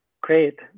great